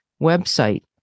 website